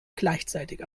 gleichzeitig